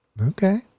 Okay